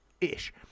ish